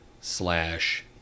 slash